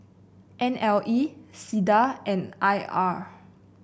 N L E SINDA and I R